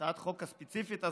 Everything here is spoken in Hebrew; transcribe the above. הצעת החוק הספציפית הזאת,